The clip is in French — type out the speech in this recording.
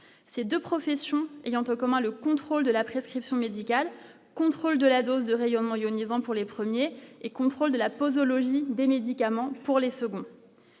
ces 2 professions et entre comment le contrôle de la prescription médicale, contrôle de la dose de rayonnement ionisants pour les premiers et contrôle de la posologie des médicaments pour les seconds.